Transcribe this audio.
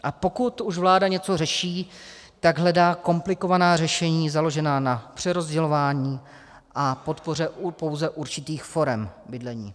A pokud už vláda něco řeší, tak hledá komplikovaná řešení založená na přerozdělování a podpoře pouze určitých forem bydlení.